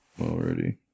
already